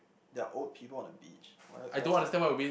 there are old people on the beach what else what else can